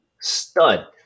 stud